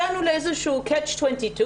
הגענו למין מלכוד 22,